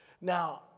Now